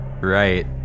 Right